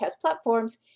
platforms